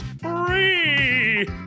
Free